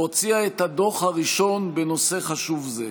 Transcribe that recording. והוציאה את הדוח הראשון בנושא חשוב זה.